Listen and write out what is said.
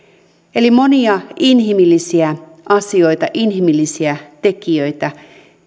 eli on monia inhimillisiä asioita inhimillisiä tekijöitä